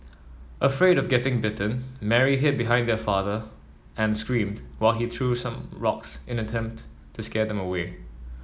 afraid of getting bitten Mary hid behind her father and screamed while he threw some rocks in an attempt to scare them away